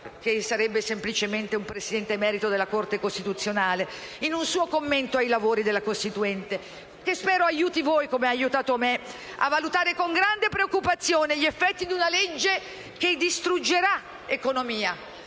Mirabelli - semplicemente un Presidente emerito della Corte costituzionale - in un suo commento ai lavori della Costituente, che spero aiuti voi (come ha aiutato me) a valutare con grande preoccupazione gli effetti di una legge che distruggerà economia,